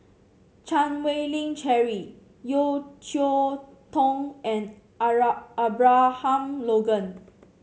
Chan Wei Ling Cheryl Yeo Cheow Tong and Ara Abraham Logan